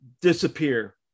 disappear